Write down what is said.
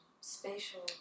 spatial